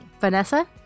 Vanessa